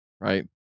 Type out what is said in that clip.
Right